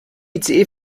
ice